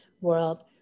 world